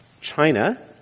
China